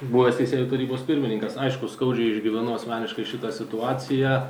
buvęs teisėjų tarybos pirmininkas aišku skaudžiai išgyvenu asmeniškai šitą situaciją